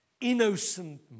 innocent